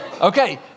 Okay